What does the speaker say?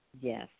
Yes